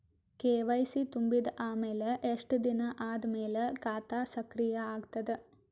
KYC ತುಂಬಿದ ಅಮೆಲ ಎಷ್ಟ ದಿನ ಆದ ಮೇಲ ಖಾತಾ ಸಕ್ರಿಯ ಅಗತದ?